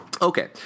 Okay